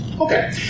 Okay